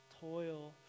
toil